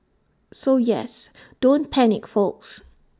so yes don't panic folks